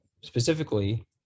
specifically